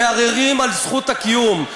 מערערים על זכות הקיום.